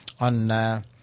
on, –